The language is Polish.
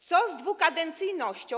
Co z dwukadencyjnością?